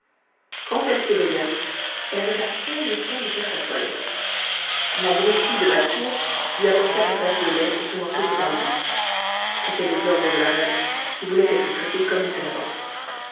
quand elle s'éveilla elle avait à peine le temps de faire sa toilette la grosse fille de basse-cour lui apporta sa tasse de lait et son morceau de pain bis c'étaient les ordres de la reine qui voulait qu'elle fût traitée comme une servante